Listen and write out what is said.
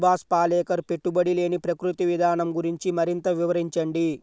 సుభాష్ పాలేకర్ పెట్టుబడి లేని ప్రకృతి విధానం గురించి మరింత వివరించండి